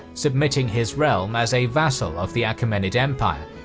submitting his realm as a vassal of the achaemenid empire.